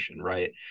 right